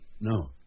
No